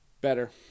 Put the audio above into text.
better